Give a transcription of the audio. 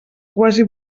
quasi